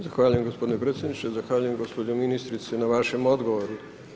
Zahvaljujem gospodine predsjedniče, zahvaljujem gospođo ministrice na vašem odgovoru.